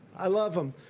i love them,